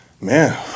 Man